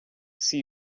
see